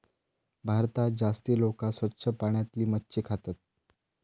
भारतात जास्ती लोका स्वच्छ पाण्यातली मच्छी खातत